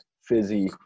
fizzy